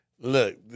Look